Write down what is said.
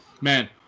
man